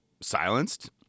silenced